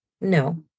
No